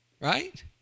Right